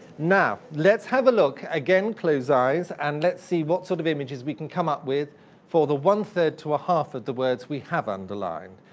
now, let's have a look. again, close eyes, and let's see what sort of images we can come up with for the one three to a half with the words we have underlined.